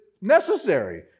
necessary